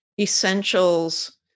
essentials